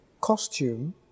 costume